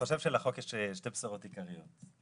יש שתי בשורות עיקריות.